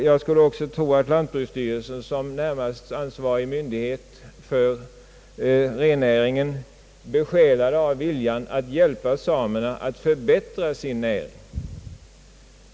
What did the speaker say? Jag skulle också tro att lantbruksstyrelsen såsom för rennäringen närmast ansvarig myndighet är besjälad av viljan att hjälpa samerna att förbättra sin näring.